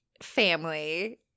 family